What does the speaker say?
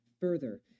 further